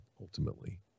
ultimately